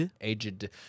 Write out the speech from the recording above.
Aged